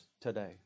today